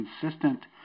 consistent